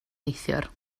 neithiwr